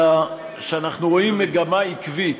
אלא שאנחנו רואים מגמה עקבית,